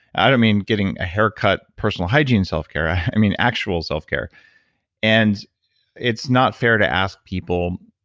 i don't mean getting a haircut, personal hygiene, self-care, i mean actual self-care and it's not fair to ask people